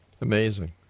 Amazing